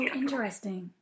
interesting